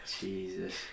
Jesus